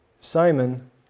Simon